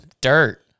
dirt